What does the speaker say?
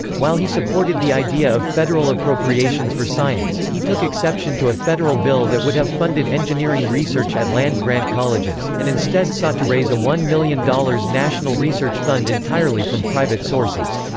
while he supported the idea of federal appropriations for science, he took exception to a federal bill that would have funded engineering research at land-grant colleges, and instead sought to raise a one million dollars national research fund entirely from private sources.